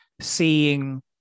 seeing